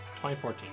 2014